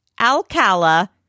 Alcala